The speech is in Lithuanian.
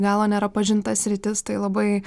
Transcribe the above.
galo nėra pažinta sritis tai labai